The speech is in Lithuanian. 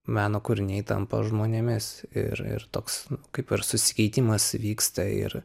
meno kūriniai tampa žmonėmis ir ir toks kaip ir susikeitimas įvyksta ir